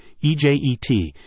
EJET